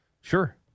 Sure